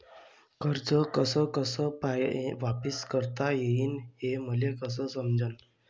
कर्ज कस कस वापिस करता येईन, हे मले कस समजनं?